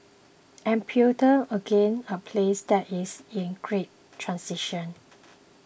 Ethiopia again a place that is in great transition